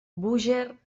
búger